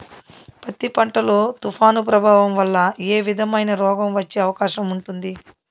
పత్తి పంట లో, తుఫాను ప్రభావం వల్ల ఏ విధమైన రోగం వచ్చే అవకాశం ఉంటుంది?